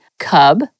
Cub